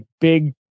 big